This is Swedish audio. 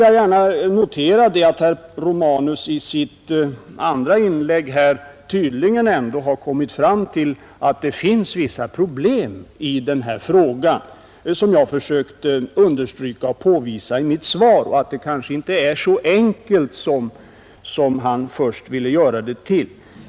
Jag noterar att herr Romanus i sitt andra inlägg tydligen ändå kom fram till att det finns vissa problem, som jag försökte påvisa i mitt svar, och att saken kanske inte är så enkel som han först ville göra den.